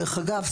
דרך אגב,